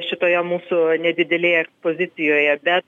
šitoje mūsų nedidelėje pozicijoje bet